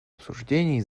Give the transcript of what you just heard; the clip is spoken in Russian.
обсуждений